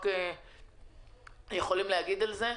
חברתי.